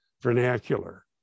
vernacular